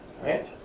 right